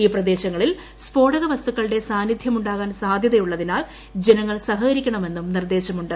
ഈ പ്രദേശങ്ങളിൽ സ്ഫോടകവസ്തുക്കളുടെ സാന്നിദ്ധ്യമുണ്ടാകാൻ സാധ്യതയുള്ളതിനാൽ ജനങ്ങൾ സഹകരിക്കണമെന്നും നിർദ്ദേശമുണ്ട്